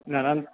నెలన్